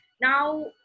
Now